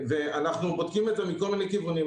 ואנחנו בודקים את זה מכל מיני כיוונים.